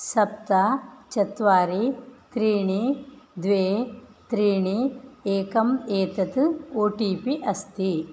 सप्त चत्वारि त्रीणि द्वे त्रीणि एकम् एतत् ओ टी पि अस्ति